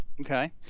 Okay